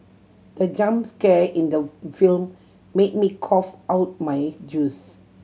the jump scare in the film made me cough out my juice